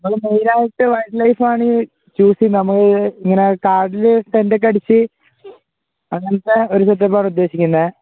നമ്മള് മേയ്നായിട്ട് വൈൽഡ് ലൈഫാണ് ചൂസ് ചെയ്യുന്നത് നമ്മൾ ഇങ്ങനെ കാട്ടില് റ്റെൻറ്റൊക്കെ അടിച്ച് അങ്ങനത്തെയൊരു സെറ്റപ്പാണ് ഉദ്ദേശിക്കുന്നത്